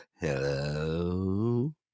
Hello